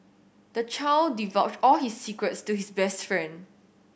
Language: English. the child divulged all his secrets to his best friend